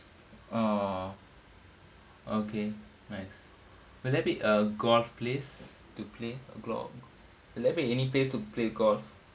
oh okay nice will there be a golf place to play golf will there be any place to play golf